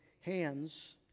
hands